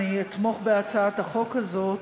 אתמוך בהצעת החוק הזאת,